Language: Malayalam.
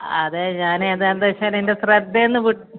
അതെ ഞാനെന്താണെന്ന് വെച്ചാൽ എൻ്റെ ശ്രദ്ധയിൽ നിന്ന് വിട്ട്